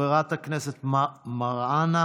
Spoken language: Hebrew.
חברת הכנסת מראענה,